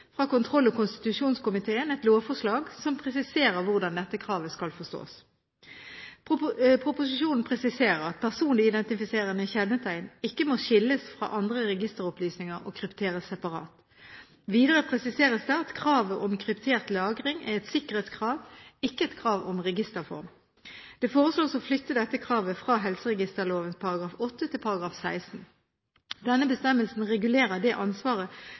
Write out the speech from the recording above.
fra kontroll- og konstitusjonskomiteen et lovforslag som presiserer hvordan dette kravet skal forstås. Proposisjonen presiserer at personidentifiserende kjennetegn ikke må skilles fra andre registeropplysninger og krypteres separat. Videre presiseres det at kravet om kryptert lagring er et sikkerhetskrav – ikke et krav om registerform. Det foreslås å flytte dette kravet fra helseregisterloven § 8 til § 16. Denne bestemmelsen regulerer det ansvaret